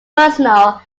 personal